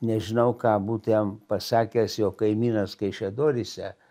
nežinau ką būtų jam pasakęs jog kaimynas kaišiadoryse